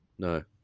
No